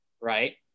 right